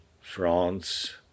France